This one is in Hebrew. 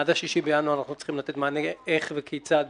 עד 6 בינואר אנחנו צריכים לתת מענה איך וכיצד,